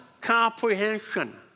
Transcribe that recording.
comprehension